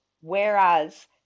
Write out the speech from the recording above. Whereas